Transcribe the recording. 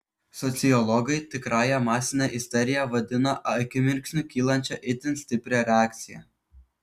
sociologai tikrąja masine isterija vadina akimirksniu kylančią itin stiprią reakciją